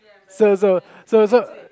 so so so so